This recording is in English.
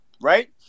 Right